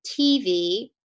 TV